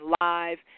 live